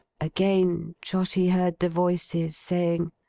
again trotty heard the voices saying,